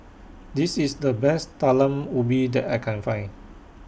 This IS The Best Talam Ubi that I Can Find